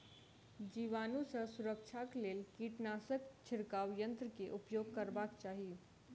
जीवाणु सॅ सुरक्षाक लेल कीटनाशक छिड़काव यन्त्र के उपयोग करबाक चाही